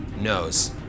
knows